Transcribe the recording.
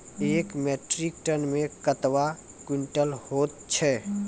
एक metric ton मे कतवा क्वींटल हैत छै?